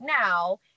now